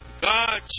God